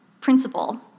principle